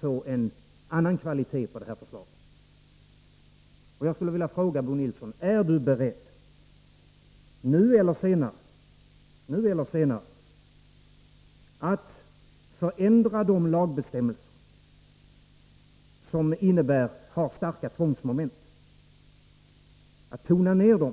få en annan kvalitet på det här förslaget. Jag skulle för det första vilja fråga Bo Nilsson: Är ni beredd att, nu eller senare, medverka till att förändra de lagbestämmelser som har starka tvångsmoment och tona ned dessa?